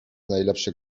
najlepsze